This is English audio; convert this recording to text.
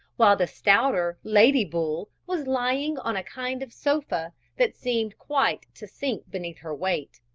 while the stouter lady bull was lying on a kind of sofa, that seemed quite to sink beneath her weight.